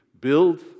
build